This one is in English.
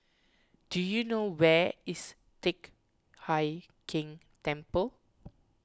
do you know where is Teck Hai Keng Temple